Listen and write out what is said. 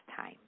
time